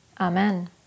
Amen